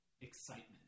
excitement